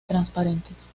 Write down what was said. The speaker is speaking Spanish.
transparentes